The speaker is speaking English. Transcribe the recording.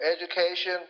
education